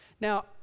Now